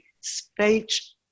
speech